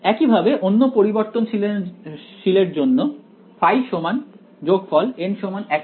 একইভাবে অন্য পরিবর্তনশীল এর জন্য ϕ npn